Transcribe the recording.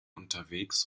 unterwegs